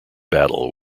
battle